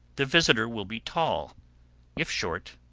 the visitor will be tall if short,